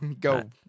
Go